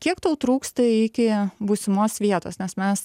kiek tau trūksta iki būsimos vietos nes mes